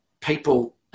people